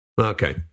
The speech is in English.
Okay